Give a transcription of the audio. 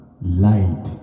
light